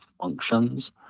functions